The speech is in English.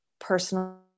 personal